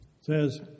says